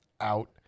Out